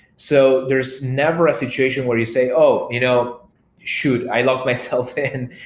so there's never a situation where you say, oh, you know should i lock myself in?